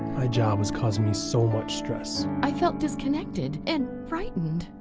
my job was causing me so much stress. i felt disconnected and frightened.